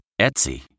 Etsy